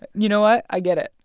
and you know what. i get it.